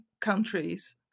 countries